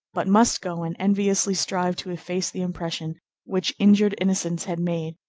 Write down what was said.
but must go and enviously strive to efface the impression which injured innocence had made,